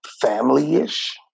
family-ish